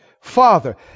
Father